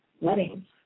weddings